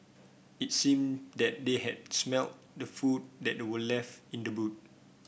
it seemed that they had smelt the food that were left in the boot